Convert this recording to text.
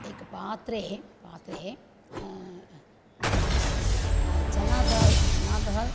एकपात्रे पात्रे चनादाल चनादाल